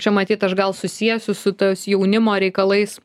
čia matyt aš gal susiesiu su tas jaunimo reikalais